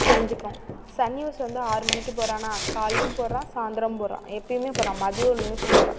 தெரிஞ்சுக்கிறோம் Sun News வந்து ஆறு மணிக்கு போடுறானா காலைலேயும் போடுறான் சாய்ந்திரமும் போடுறான் எப்பயுமே போடுறான் மதியம் ஒரு நியூஸும் போடுறான்